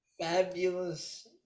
Fabulous